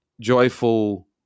joyful